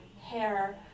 hair